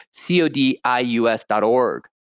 codius.org